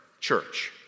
church